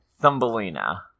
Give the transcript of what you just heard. Thumbelina